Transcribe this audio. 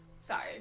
Sorry